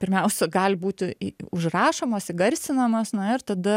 pirmiausia gali būti užrašomos įgarsinamos na ir tada